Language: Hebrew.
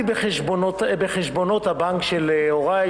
בחשבונות הבנק של הוריי,